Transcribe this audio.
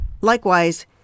Likewise